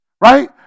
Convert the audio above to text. right